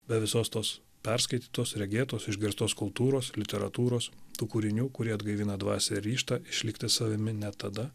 be visos tos perskaitytos regėtos išgirstos kultūros literatūros tų kūrinių kurie atgaivina dvasią ir ryžtą išlikti savimi net tada